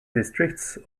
districts